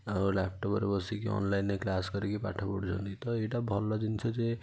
ଆଉ ଲାପଟପରେ ବସିକି ଅନଲାଇନରେ କ୍ଳାସ କରିକି ପାଠ ପଢ଼ୁଛନ୍ତି ତ ଏଇଟା ଭଲ ଜିନିଷ ଯେ